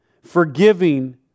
Forgiving